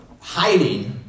hiding